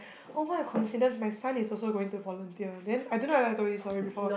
oh what a coincidence my son is also going to volunteer then I don't know whether I told you this story before